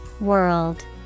World